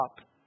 up